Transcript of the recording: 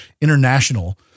International